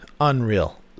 unreal